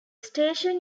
station